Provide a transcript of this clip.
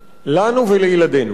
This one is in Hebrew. לנו ולילדינו,